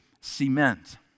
cement